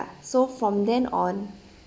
so from then on